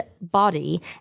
body